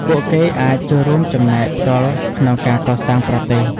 ពួកគេអាចចូលរួមចំណែកផ្ទាល់ក្នុងការកសាងប្រទេស។